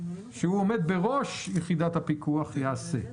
שעומד בראש יחידת הפיקוח יעשה זאת.